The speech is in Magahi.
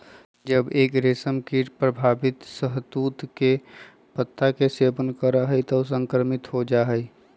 जब एक रेशमकीट प्रभावित शहतूत के पत्ता के सेवन करा हई त ऊ संक्रमित हो जा हई